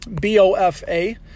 B-O-F-A